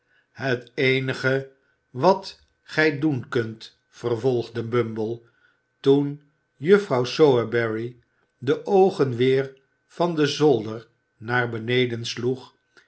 het eenige wat gij doen kunt vervolgde bumble toen juffrouw sowerberry de oogen weer van den zolder naar beneden sloeg